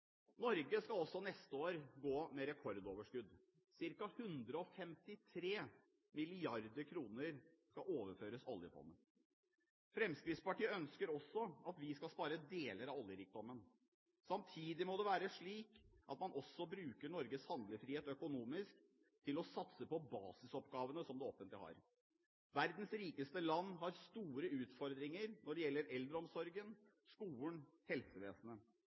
Norge skal også neste år gå med rekordoverskudd. Ca. 153 mrd. kr skal overføres oljefondet. Fremskrittspartiet ønsker også at vi skal spare deler av oljerikdommen. Samtidig må det være slik at man også bruker Norges handlefrihet økonomisk til å satse på basisoppgavene som det offentlige har. Verdens rikeste land har store utfordringer når det gjelder eldreomsorgen, skolen og helsevesenet.